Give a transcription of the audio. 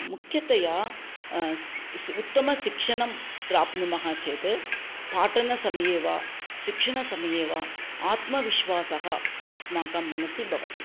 मुख्यतया स् श् उत्तमशिक्षणं प्राप्नुमः चेत् पाठनसमये वा शिक्षणसमये वा आत्मविश्वासः अस्माकं मनसि भवति